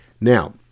Now